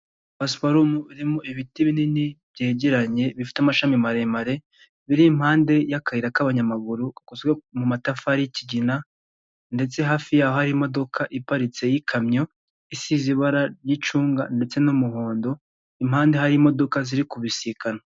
Pasiparumu irimo ibiti binini byegeranye bifite amashami maremare biri impande y'akayira k'abanyamaguru gakozwe mu matafari y'ikigina, ndetse hafi y'aho hari imodoka iparitse y'ikamyo isize ibara ry'icunga ndetse n'umuhondo, impande harimo iziri kubisikana.